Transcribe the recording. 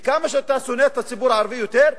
וכמה שאתה שונא את הציבור הערבי יותר,